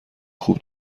خوب